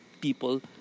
people